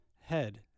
head